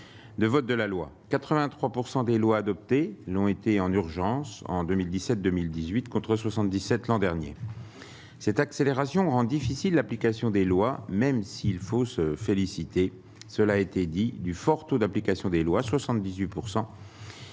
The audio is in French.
de vote de la loi 83 pourcent des lois adoptées l'ont été en urgence en 2017, 2018 contre 77 l'an dernier, cette accélération rend difficile l'application des lois, même s'il faut se féliciter, cela a été dit du fort taux d'application des lois 78